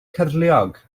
cyrliog